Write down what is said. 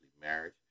marriage